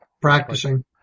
practicing